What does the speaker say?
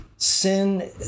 Sin